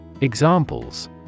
Examples